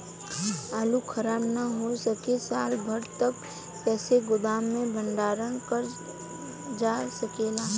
आलू खराब न हो सके साल भर तक कइसे गोदाम मे भण्डारण कर जा सकेला?